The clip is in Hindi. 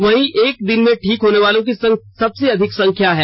यह एक दिन में ठीक होने वालों की सबसे अधिक संख्या है